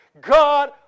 God